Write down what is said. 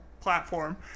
platform